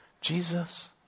Jesus